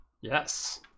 Yes